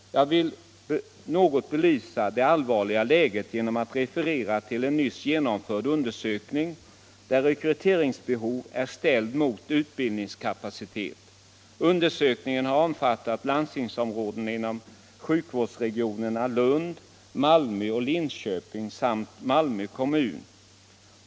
Jag vill något belysa det allvarliga läget genom att referera till en nyss genomförd undersökning där rekryteringsbehov är ställt mot utbildningskapacitet. Undersökningen har omfattat landstingsområdena inom sjukvårdsregionerna Lund-Malmö och Linköping samt Malmö kommun.